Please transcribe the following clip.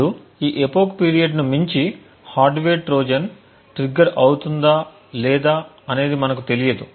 ఇప్పుడు ఈ ఎపోక్ పీరియడ్ని మించి హార్డ్వేర్ ట్రోజన్ ట్రిగ్గర్ అవుతుందా లేదా అనేది మనకు తెలియదు